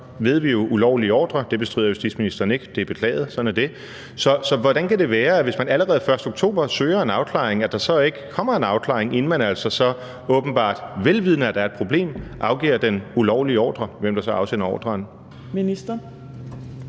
ved vi jo så – ordre, og det bestrider justitsministeren ikke, det er beklaget, og sådan er det, hvordan kan det så være, altså hvis man allerede den 1. oktober søger en afklaring, at der så ikke kommer en afklaring? Inden man altså så, åbenbart vel vidende at der er et problem, afgiver den ulovlige ordre – hvem der så end er afsender af ordren.